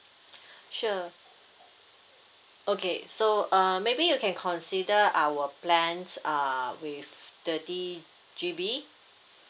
sure okay so uh maybe you can consider our plans err with thirty G_B